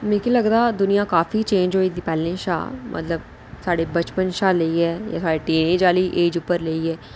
मिगी लगदा दुनिया काफी चेंज होई दी पैह्लें शा मतलब साढे़ बचपन शा लेइयै जां साढ़ी टीन आह्ली एज उप्पर लेइयै